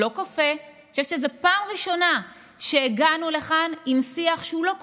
לא כופה אני חושבת שזאת הפעם הראשונה שהגענו לכאן עם שיח שהוא לא כופה,